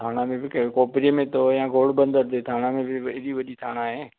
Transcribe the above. थाणा में बि केरु कोपरीअ में अथव या घोडबंदर जे थाणा में बि ॿई हेॾी वॾी थाणा आहे